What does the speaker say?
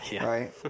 Right